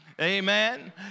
Amen